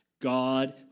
God